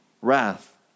Wrath